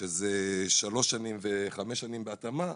שזה שלוש שנים וחמש שנים בהתאמה.